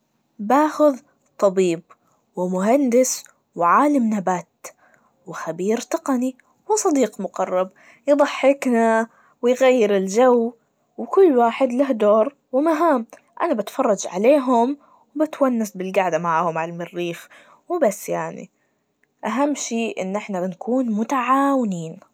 باخذ طبيب, ومهندس, وعالم نبات, وخبير تقني, وصديق مقرب يضحكنا ويغير الجو, وكل واحد له دور ومهام, أنا بتفرج عليهم, وباونس بالجعدة معاهم عالمريخ, وبس يعني, أهم شي إن احنا نكون متعاونين.